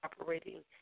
operating